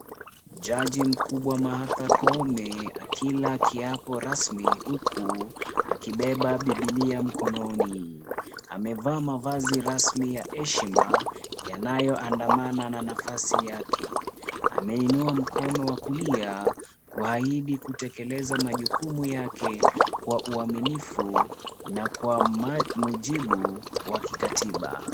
Jaji mkubwa Martha Koome akila kiapo rasmi huku akibeba bibilia mkononi. Amevaa mavazi rasmi ya heshima yanayoandamana na nafasi yake. Ameinua mkono wa kulia kuahidi kutekeleza majukumu yake kwa uaminifu na kwa mujibu wa kikatiba.